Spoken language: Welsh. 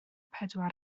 pedwar